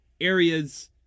areas